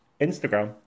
Instagram